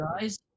guys